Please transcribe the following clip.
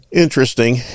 interesting